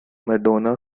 madonna